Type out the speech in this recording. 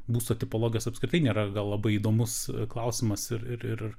būsto tipologijos apskritai nėra labai įdomus klausimas ir ir